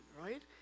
right